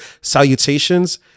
salutations